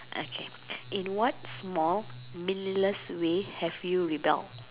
okay in what small meaningless way have you rebelled